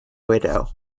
widow